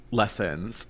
lessons